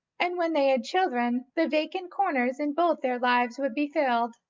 and when they had children the vacant corners in both their lives would be filled.